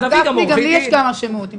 הרב גפני, גם לי יש כמה שמות.